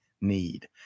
need